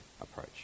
approach